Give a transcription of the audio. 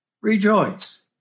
rejoice